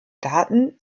daten